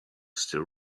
still